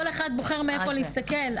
כל אחד בוחר מאיפה להסתכל,